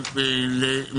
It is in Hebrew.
אלי,